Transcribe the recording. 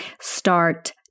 start